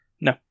No